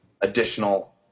additional